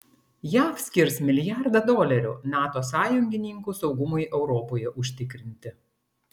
jav skirs milijardą dolerių nato sąjungininkų saugumui europoje užtikrinti